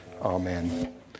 amen